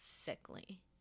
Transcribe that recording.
sickly